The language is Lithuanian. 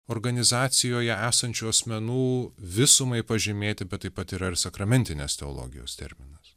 organizacijoje esančių asmenų visumai pažymėti bet taip pat yra ir sakramentinės teologijos terminas